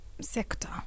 sector